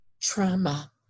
trauma